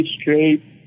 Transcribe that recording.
straight